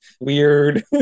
weird